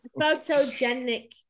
Photogenic